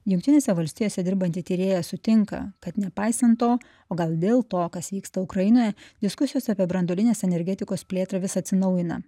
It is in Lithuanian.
jungtinėse valstijose dirbanti tyrėja sutinka kad nepaisant to o gal dėl to kas vyksta ukrainoje diskusijos apie branduolinės energetikos plėtrą vis atsinaujina